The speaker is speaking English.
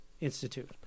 institute